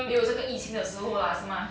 没有这个疫情的时候 lah 是吗